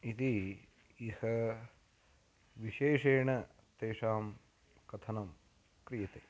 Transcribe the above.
इति यः विशेषेण तेषां कथनं क्रियते